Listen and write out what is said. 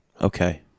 Okay